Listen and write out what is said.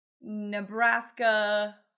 nebraska